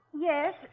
yes